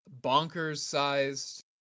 bonkers-sized